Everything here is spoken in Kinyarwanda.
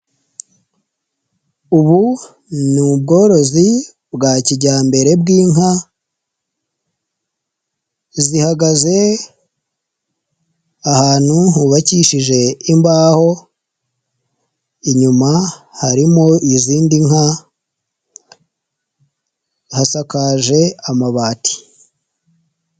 Ubu ni ubworozi bwa kijyambere bw'inka, zihagaze ahantu hubakishije imbaho, inyuma harimo izindi nka hasakaje amabati.